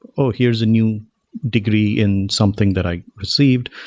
oh! here's a new degree in something that i received,